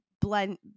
Blend